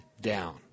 down